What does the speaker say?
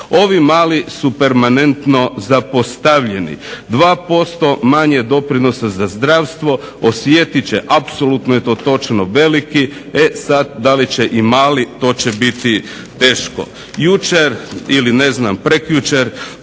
Ovi mali su permanentno zapostavljeni, 2% manje doprinosa za zdravstvo, osjetit će apsolutno je to točno veliki, e sad da li će i mali to će biti teško. Jučer ili ne znam prekjučer